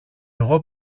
εγώ